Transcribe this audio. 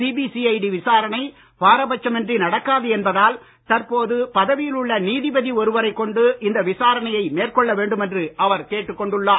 CBCID விசாரணை பாரபட்சமின்றி நடக்காது என்பதால் தற்போது பதவியில் உள்ள நீதிபதி ஒருவரைக் கொண்டு இந்த விசாரணையை மேற்கொள்ள வேண்டுமென்று அவர் கேட்டுக் கொண்டுள்ளார்